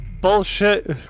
bullshit